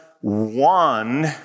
one